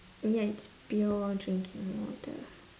ya it's pure drinking water